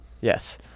Yes